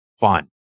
fun